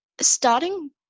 Starting